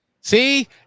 See